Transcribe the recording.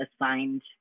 assigned